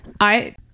I-